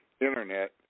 Internet